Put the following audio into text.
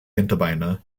hinterbeine